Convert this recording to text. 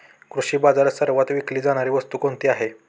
कृषी बाजारात सर्वात विकली जाणारी वस्तू कोणती आहे?